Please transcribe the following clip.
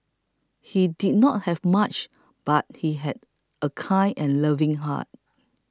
he did not have much but he had a kind and loving heart